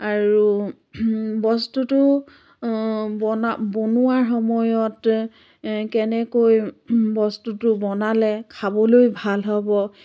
আৰু বস্তুটো বনা বনোৱাৰ সময়ত কেনেকৈ বস্তুটো বনালে খাবলৈ ভাল হ'ব